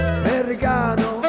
americano